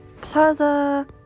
Plaza